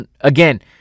again